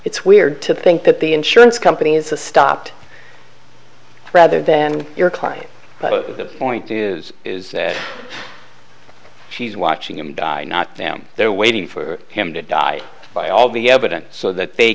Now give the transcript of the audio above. it's weird to think that the insurance company is a stopped rather than your client but the point is is there she's watching him die not them they're waiting for him to die by all the evidence so that they